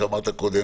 מה שאמרת קודם